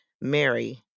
Mary